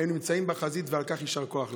הם נמצאים בחזית, ועל כך יישר כוח להם.